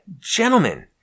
Gentlemen